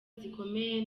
zikomeye